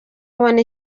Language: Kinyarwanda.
abona